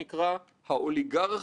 היא השוטר היעיל ביותר".